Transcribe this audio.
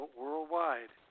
worldwide